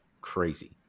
crazy